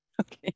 Okay